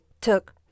took